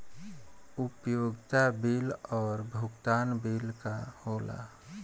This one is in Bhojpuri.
उपयोगिता बिल और भुगतान बिल का होला?